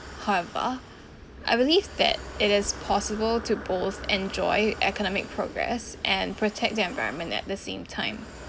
however I believe that it is possible to both enjoy economic progress and protect the environment at the same time